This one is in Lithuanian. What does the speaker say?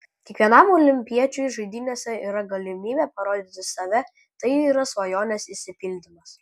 kiekvienam olimpiečiui žaidynėse yra galimybė parodyti save tai yra svajonės išsipildymas